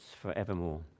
forevermore